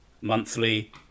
monthly